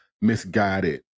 misguided